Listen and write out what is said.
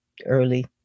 early